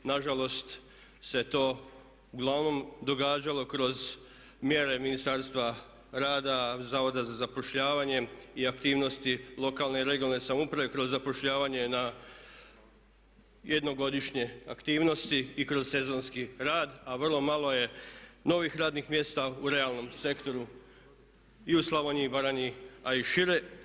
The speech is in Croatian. Nažalost se to uglavnom događalo kroz mjere Ministarstva rada, Zavoda za zapošljavanje i aktivnosti lokalne i regionalne samouprave kroz zapošljavanje na jednogodišnje aktivnosti i kroz sezonski rad, a vrlo malo je novih radnih mjesta u realnom sektoru i u Slavoniji i Baranji a i šire.